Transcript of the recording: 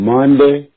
Monday